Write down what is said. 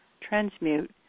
transmute